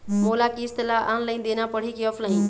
मोला किस्त ला ऑनलाइन देना पड़ही की ऑफलाइन?